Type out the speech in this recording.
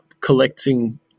collecting